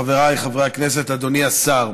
חבריי חברי הכנסת, אדוני השר,